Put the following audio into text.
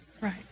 Right